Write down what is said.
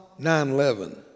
911